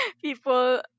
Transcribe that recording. people